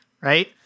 right